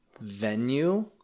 venue